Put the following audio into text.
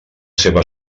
seva